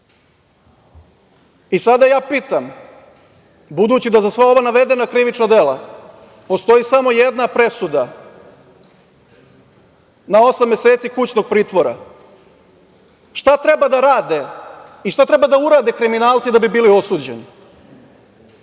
desilo. Sada ja pitam, budući da za sva ova navedena krivična dela postoji samo jedna presuda na osam meseci kućnog pritvora – šta treba da rade i šta treba da urade kriminalci da bi bili osuđeni?